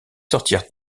sortir